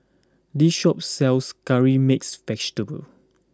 this shop sells Curry Mixed Vegetable